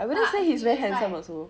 but he like